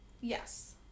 Yes